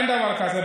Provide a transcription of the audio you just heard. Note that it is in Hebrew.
אין דבר כזה,